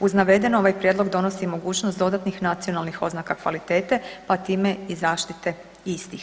Uz navedeno, ovaj prijedlog donosi mogućnost dodatnih nacionalnih oznaka kvalitete pa time i zaštite istih.